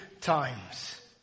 times